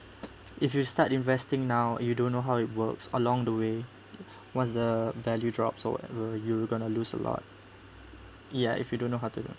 if you start investing now you don't know how it works along the way what's the value drops so whatever you going to lose a lot ya if you don't know how to do